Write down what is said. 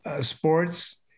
sports